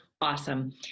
awesome